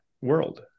world